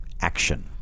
action